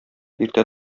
иртә